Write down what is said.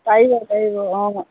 পাৰিব পাৰিব অঁ